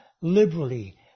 liberally